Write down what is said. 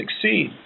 succeed